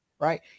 right